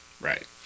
Right